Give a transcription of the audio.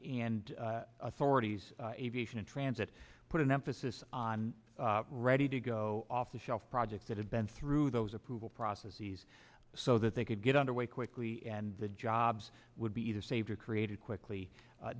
and authorities aviation in transit put an emphasis on ready to go off the shelf projects that have been through those approval processes so that they could get underway quickly and the jobs would be the savior created quickly